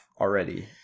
already